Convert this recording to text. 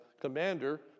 commander